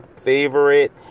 favorite